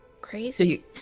crazy